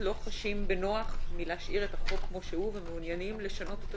לא חשים בנוח להשאיר את החוק כמו שהוא ומעוניינים לשנות אותו,